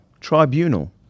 Tribunal